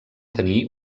tenir